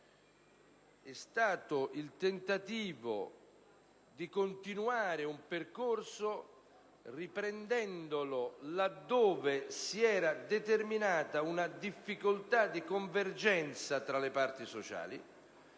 È stato il tentativo di continuare un percorso, riprendendolo là dove si era determinata una difficoltà di convergenza tra le parti sociali